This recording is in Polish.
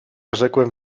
rzekłem